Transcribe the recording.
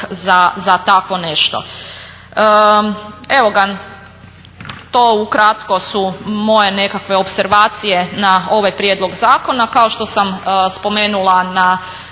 za tako nešto. To ukratko su moje nekakve opservacije na ovaj prijedlog zakona. Kao što sam spomenula na